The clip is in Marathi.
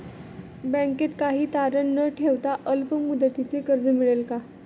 बँकेत काही तारण न ठेवता अल्प मुदतीचे कर्ज मिळेल का?